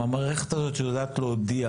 המערכת הזאת יודעת להודיע